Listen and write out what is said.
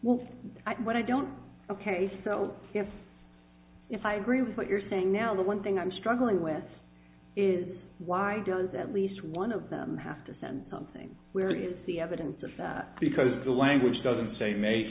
well i don't ok so here if i agree with what you're saying now the one thing i'm struggling with is why does at least one of them have to send something where is the evidence of that because the language doesn't say ma